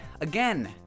again